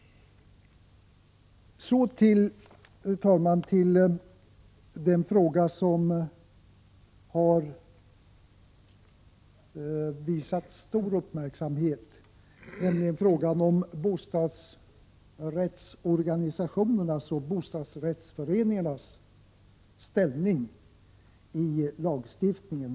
Fru talman! Så till den fråga som har visats stor uppmärksamhet, nämligen frågan om bostadsrättsorganisationernas och bostadsrättsföreningarnas ställning i lagstiftningen.